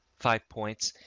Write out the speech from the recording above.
five points,